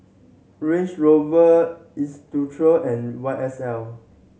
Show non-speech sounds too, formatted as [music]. Range Rover [unintelligible] and Y S L